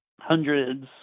hundreds